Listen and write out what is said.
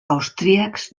austríacs